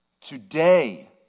today